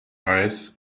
eyes